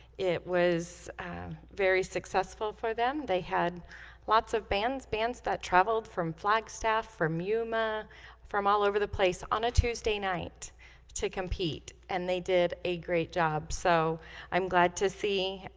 it was very successful for them they had lots of bands bands that traveled from flagstaff from yuma from all over the place on a tuesday night to compete and they did a great job, so i'm glad to see